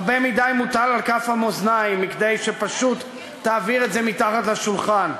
הרבה מדי מוטל על כף המאזניים מכדי שפשוט תעביר את זה מתחת לשולחן.